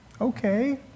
okay